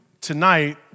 tonight